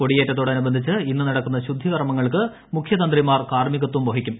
കൊടിയേറ്റത്തോട് അനുബന്ധിച്ച് ഇന്ന് നടക്കുന്ന ശുദ്ധി കർമ്മങ്ങൾക്ക് മുഖ്യ തന്ത്രിമാർ കാർമികത്വം വഹിക്കും